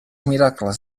miracles